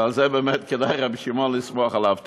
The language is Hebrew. ועל זה באמת כדאי רבי שמעון לסמוך עליו.